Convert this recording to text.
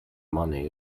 money